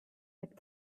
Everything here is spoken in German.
mit